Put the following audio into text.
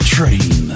Train